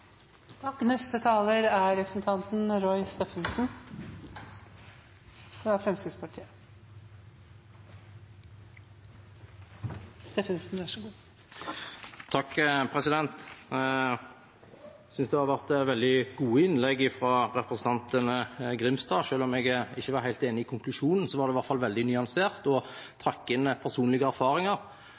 Det har vært veldig gode innlegg fra representanten Grimstad. Selv om jeg ikke er helt enig i konklusjonen, var det i hvert fall veldig nyansert, og han trakk inn personlige erfaringer.